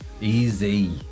easy